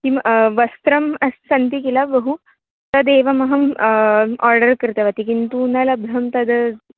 किं वस्त्रम् अस्ति सन्ति किल बहु तदेवमहम् आर्डर् कृतवती किन्तु न लब्धं तद्